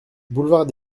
boulevard